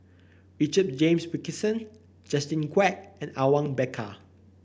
Richard James Wilkinson Justin Quek and Awang Bakar